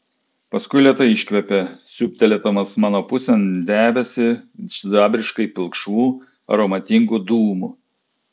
paskui lėtai iškvėpė siūbtelėdamas mano pusėn debesį sidabriškai pilkšvų aromatingų dūmų